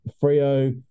Frio